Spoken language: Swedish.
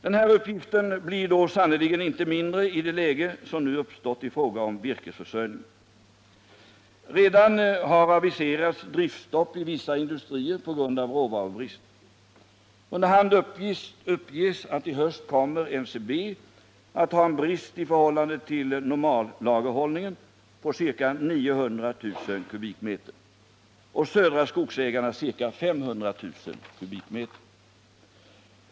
Denna uppgift blir sannerligen inte mindre i det läge som uppstår i fråga om virkesförsörjningen. Redan har det aviserats driftsstopp i vissa industrier på grund av råvarubrist. Under hand uppges att i höst kommer NCB att ha en brist i förhållande till normallagerhållningen på ca 900 000 m? och Södra Skogsägarna på ca 500 000 m?.